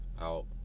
out